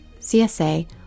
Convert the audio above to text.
CSA